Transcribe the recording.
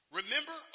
Remember